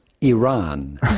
Iran